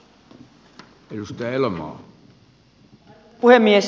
arvoisa puhemies